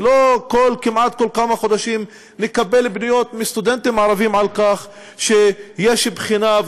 ושלא נקבל כמעט בכל כמה חודשים פניות מסטודנטים ערבים על כך שיש בחינה,